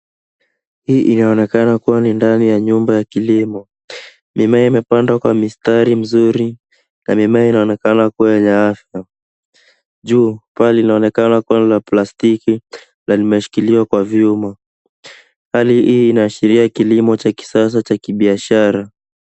Hii inaoneka kua ni ndani ya nyumba ya kilimo, mimea imepandwa kwa mistari mzuri na mimea inaonekana kua yenye afya. Juu paa linaonekana kua na plastiki na limeshikiliwa kwa vyuma. Hali hii inaashiria kilimo cha kisasa cha kibiashara.